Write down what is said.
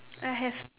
I have